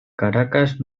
caracas